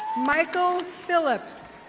michael phillips.